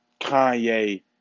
Kanye